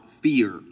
fear